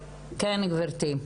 וגם בשיחות שלנו עם משרד הבריאות